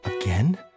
Again